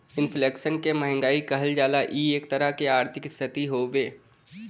inflation क महंगाई कहल जाला इ एक तरह क आर्थिक स्थिति हउवे